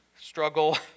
struggle